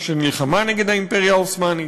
שנלחמה נגד האימפריה העות'מאנית.